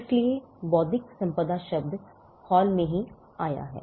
इसलिए बौद्धिक संपदा शब्द हाल ही में आया है